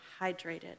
hydrated